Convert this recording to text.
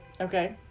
Okay